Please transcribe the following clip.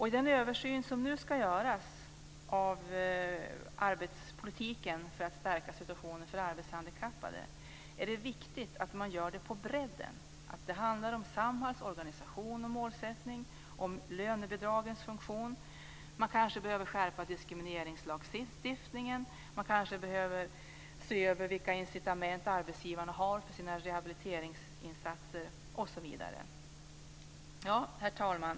I den översyn som nu ska göras av arbetspolitiken för att stärka situationen för arbetshandikappade är det viktigt att man gör en genomlysning på bredden. Det handlar om Samhalls organisation och målsättning, om lönebidragens funktion. Man kanske behöver skärpa diskrimineringslagstiftningen. Man kanske behöver se över vilka incitament arbetsgivarna har för sina rehabiliteringsinsatser osv. Herr talman!